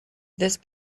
this